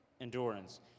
endurance